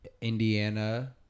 indiana